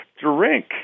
drink